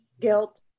guilt